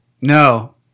no